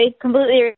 completely